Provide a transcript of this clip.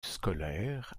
scolaire